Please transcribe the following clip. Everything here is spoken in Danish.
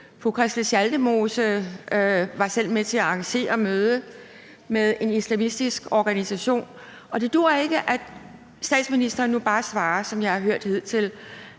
Fru Christel Schaldemose var selv med til at arrangere mødet med en islamistisk organisation, og det duer ikke, at statsministeren nu bare svarer, som jeg har hørt hidtil,